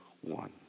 one